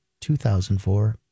2004